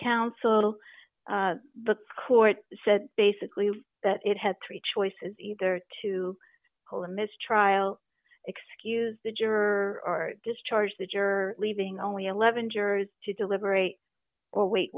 counsel the court said basically that it had three choices either to hold a mistrial excuse the juror discharge the juror leaving only eleven jurors to deliberate or wait